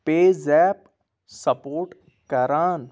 Ps app support کران